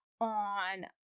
on